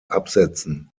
absetzen